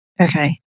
Okay